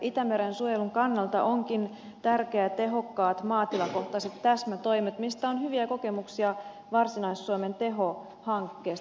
itämeren suojelun kannalta ovatkin tärkeitä tehokkaat maatilakohtaiset täsmätoimet joista on hyviä kokemuksia varsinais suomen teho hankkeesta